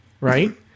Right